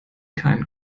keinen